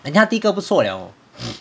人家一个不错了 loh